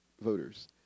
voters